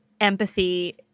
empathy